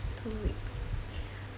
two weeks